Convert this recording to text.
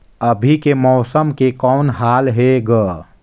अभी के मौसम के कौन हाल हे ग?